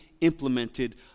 implemented